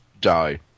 die